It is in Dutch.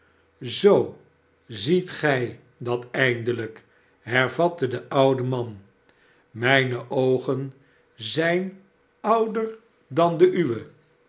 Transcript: zoo ziet gij dat eindelijk hervatte de oude man mijne oogen zijn ouder dan de uwe